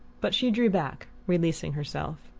but she drew back, releasing herself.